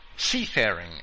seafaring